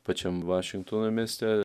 pačiam vašingtono mieste